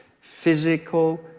physical